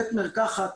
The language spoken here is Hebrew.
בית מרקחת,